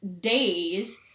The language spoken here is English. days